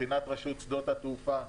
מבחינת רשות שדות התעופה,